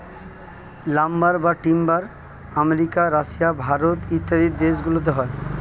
lumber বা timber America, রাশিয়া, ভারত ইত্যাদি দেশ গুলোতে হয়